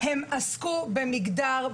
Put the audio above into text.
עסקו במגדר,